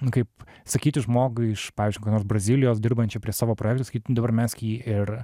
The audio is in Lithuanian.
nu kaip sakyti žmogui iš pavyzdžiui kokios nors brazilijos dirbančio prie savo projekto sakyt nu dabar mesk jį ir